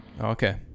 okay